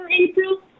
April